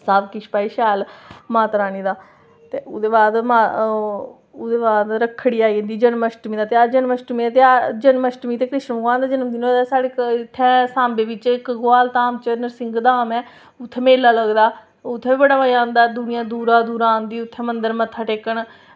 सबकिश भाई शैल माता रानी दा ते ओह्दे बाद ओह् ते ओह्दे बाद रक्खड़ी आई जंदी जन्माष्टमी दा ध्यार जन्माष्टमी ते कृष्ण भगवान दा जन्मदिन होआ ते सांबा बिच घगवाल बिच इक्क नृसिंह धाम ऐ उत्थें मेला लगदा उत्थें मज़ा आंदा दुनियां दूरा दूरा आंदी उत्थें मत्था टेकन